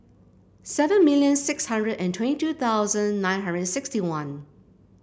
seven million six hundred and twenty two thousand nine hundred and sixty one